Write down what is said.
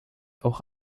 auch